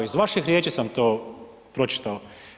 Iz vaših riječi sam to pročitao.